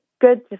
good